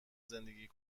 زندگی